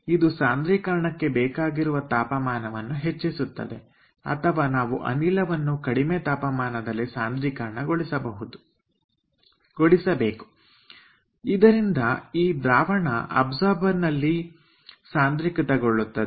ಇದು ಸಾಂದ್ರೀಕರಣಕ್ಕೆ ಬೇಕಾಗಿರುವ ತಾಪಮಾನವನ್ನು ಹೆಚ್ಚಿಸುತ್ತದೆ ಅಥವಾ ನಾವು ಅನಿಲವನ್ನು ಕಡಿಮೆ ತಾಪಮಾನದಲ್ಲಿ ಸಾಂದ್ರೀಕರಣಗೊಳಿಸಬೇಕು ಇದರಿಂದ ಈ ದ್ರಾವಣ ಅಬ್ಸರ್ಬರ್ ನಲ್ಲಿ ಸಾಂದ್ರೀಕೃತ ಗೊಳ್ಳುತ್ತದೆ